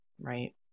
Right